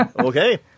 Okay